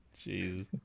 jeez